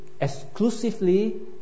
exclusively